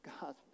God